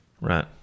Right